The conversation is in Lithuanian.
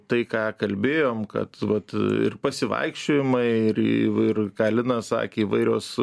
tai ką kalbėjom kad vat ir pasivaikščiojimai ir ir ką linas sakė įvairios